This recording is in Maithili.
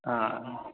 हूँ